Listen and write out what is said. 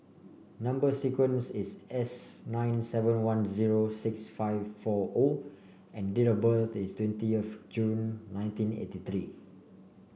number sequence is S nine seven one zero six five four O and date of birth is twenty of June nineteen eighty three